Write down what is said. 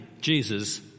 Jesus